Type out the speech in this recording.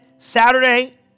Saturday